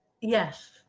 yes